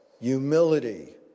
humility